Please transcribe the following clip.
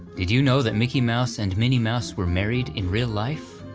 did you know that mickey mouse and minnie mouse were married in real life?